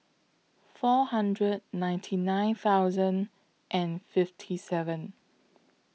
four hundred ninety nine thousand and fifty seven